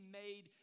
made